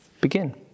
begin